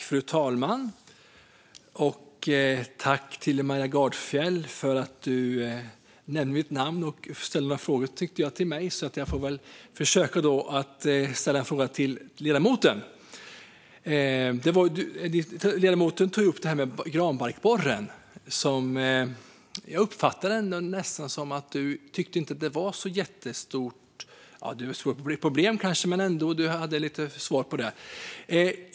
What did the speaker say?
Fru talman! Tack till Maria Gardfjell för att du nämnde mitt namn och ställde några frågor! Jag tyckte att de ställdes till mig, så jag får väl försöka att ställa en fråga till ledamoten. Ledamoten tog upp frågan om granbarkborren, och jag uppfattade det nästan som att du inte tycker att den är ett så jättestort problem. Den är förstås ett problem, men jag tyckte att du ändå hade en lite annan syn på detta.